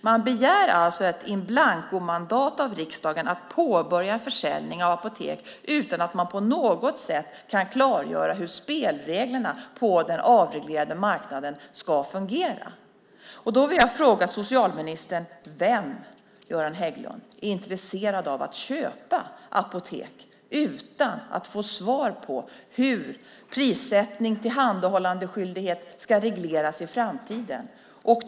Man begär alltså ett in blanko-mandat av riksdagen att påbörja en försäljning av apotek utan att man på något sätt kan klargöra hur spelreglerna på den avreglerade marknaden ska fungera. Då vill jag fråga socialministern: Vem, Göran Hägglund, är intresserad av att köpa apotek utan att få svar på hur prissättning och tillhandahållandeskyldighet ska regleras i framtiden?